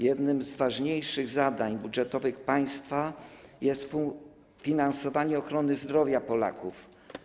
Jednym z ważniejszych zadań budżetowych państwa jest finansowanie ochrony zdrowia Polaków.